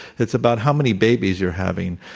it's about how many babies you're having.